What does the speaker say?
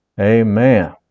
amen